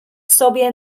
sobie